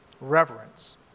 reverence